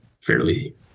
fairly